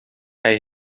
hij